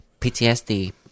PTSD